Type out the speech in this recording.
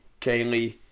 Kaylee